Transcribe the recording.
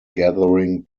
gathering